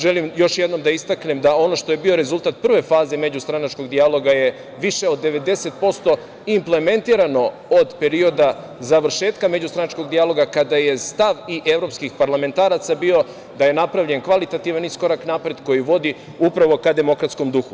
Želim još jednom da istaknem da ono što je bio rezultat prve faze međustranačkog dijaloga je više od 90% implementirano od perioda završetka međustranačkog dijaloga, kada je stav i evropskih parlamentaraca bio da je napravljen kvalitativan iskorak napred, koji vodi upravo ka demokratskom duhu.